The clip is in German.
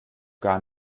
gar